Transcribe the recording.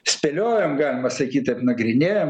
spėliojom galima sakyt kad nagrinėjom